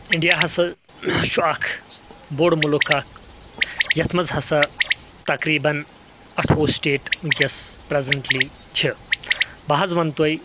India ہسا چھُ اکھ بوٚڑ مُلک اکھ یتھ منٛز ہسا تقریباً اٹھووُہ سٹیٹ ونٚکیٚس پرزیٚنٹلی چھِ بہٕ حظ ونہٕ تۄہہ